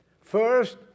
First